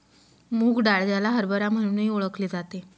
मूग डाळ, ज्याला हरभरा म्हणूनही ओळखले जाते